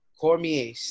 Cormier